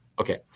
Okay